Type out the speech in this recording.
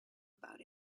about